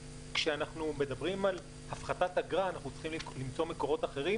כשאנחנו מדברים על הפחתת אגרה אנחנו צריכים למצוא מקורות אחרים